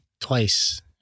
Twice